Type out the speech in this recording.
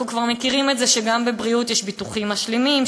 אנחנו כבר מכירים את זה שגם בבריאות יש ביטוחים משלימים,